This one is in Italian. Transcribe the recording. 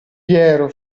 piero